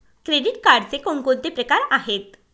Credit कार्डचे कोणकोणते प्रकार आहेत?